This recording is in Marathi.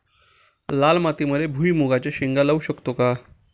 लाल मातीमध्ये भुईमुगाच्या शेंगा लावू शकतो का?